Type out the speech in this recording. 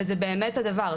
וזה באמת הדבר,